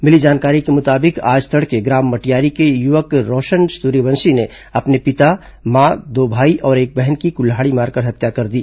मिली जानकारी के मुताबिक आज तड़के ग्राम मटियारी के युवक रौशन सूर्यवंशी ने अपने पिता मां दो भाई और एक बहन की कुल्हाड़ी मारकर हत्या कर दी